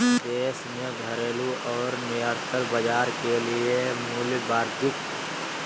देश में घरेलू और निर्यात बाजार के लिए मूल्यवर्धित